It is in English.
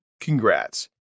Congrats